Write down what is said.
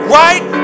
right